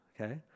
Okay